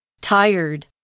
Tired